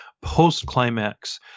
post-climax